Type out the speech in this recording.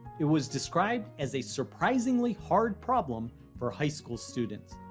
it was described as a surprisingly hard problem for high school students.